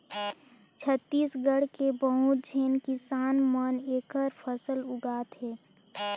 छत्तीसगढ़ के बहुत झेन किसान मन एखर फसल उगात हे